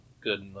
good